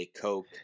Coke